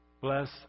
Bless